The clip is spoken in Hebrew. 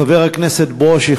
חבר הכנסת ברושי,